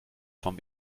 vom